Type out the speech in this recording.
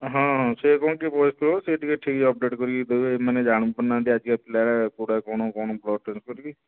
ହଁ ସେ କ'ଣ ଟିକିଏ ବୟସ୍କ ଲୋକ ସେ ଠିକ୍ ଅପ୍ଡେଟ୍ କରିକି ଦେବେ ଏମାନେ ଜାଣି ପାରୁନାହାନ୍ତି ଆଜିକା ପିଲା କେଉଁଟା କ'ଣ କ'ଣ ବ୍ଳଡ଼୍ ଟେଷ୍ଟ୍ କରିକି